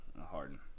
Harden